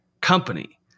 company